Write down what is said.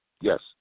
Yes